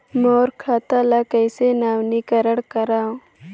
मोर खाता ल कइसे नवीनीकरण कराओ?